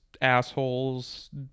assholes